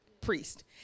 priest